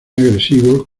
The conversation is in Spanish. agresivos